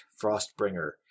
Frostbringer